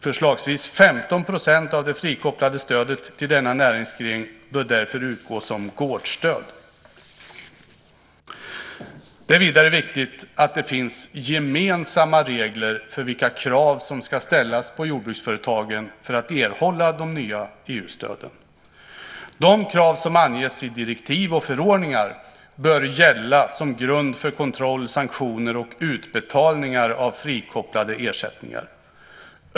Förslagsvis 15 % av det frikopplade stödet till denna näringsgren bör därför utgå som gårdsstöd. Det är vidare viktigt att det finns gemensamma regler för vilka krav som ska ställas på jordbruksföretagen för att erhålla de nya EU-stöden. De krav som anges i direktiv och förordningar bör gälla som grund för kontroll, sanktioner och utbetalningar av frikopplade ersättningar.